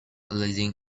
leading